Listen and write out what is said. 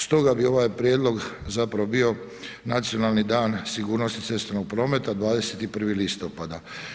Stoga bi ovaj prijedlog zapravo bio Nacionalni dan sigurnosti cestovnog prometa 21. listopada.